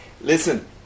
Listen